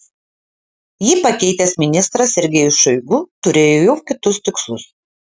jį pakeitęs ministras sergejus šoigu turėjo jau kitus tikslus